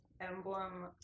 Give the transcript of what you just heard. emblem